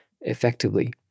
effectively